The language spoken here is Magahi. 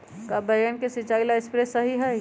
का बैगन के सिचाई ला सप्रे सही होई?